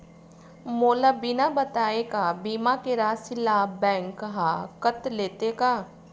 मोला बिना बताय का बीमा के राशि ला बैंक हा कत लेते का?